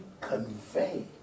convey